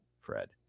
fred